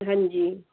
ਹਾਂਜੀ